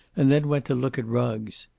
and then went to look at rugs.